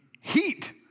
Heat